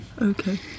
Okay